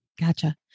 Gotcha